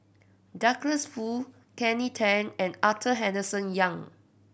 Douglas Foo Kelly Tang and Arthur Henderson Young